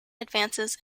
advances